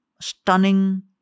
stunning